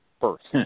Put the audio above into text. first